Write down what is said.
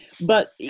but-